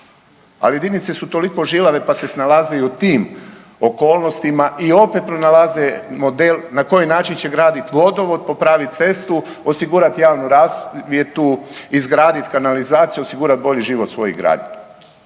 a jedinice su toliko žilave pa se snalaze i u tim okolnostima i opet pronalaze model na koji način će graditi vodovod, popraviti cestu, osigurati javnu rasvjetu, izgraditi kanalizaciju, osigurati bolji život svojih građana.